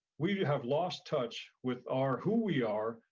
we have lost touch with our who we are,